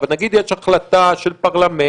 אבל נגיד שיש החלטה של פרלמנט,